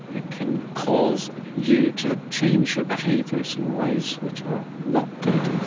it can cause you to change your behaviours in ways which are not good.